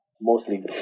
Mostly